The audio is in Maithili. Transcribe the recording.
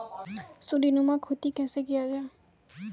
सीडीनुमा खेती कैसे किया जाय?